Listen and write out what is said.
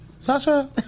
Sasha